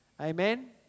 Amen